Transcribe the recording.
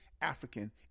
African